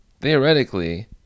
theoretically